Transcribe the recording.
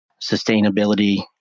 sustainability